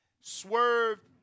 swerved